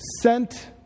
sent